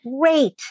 great